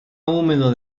húmedo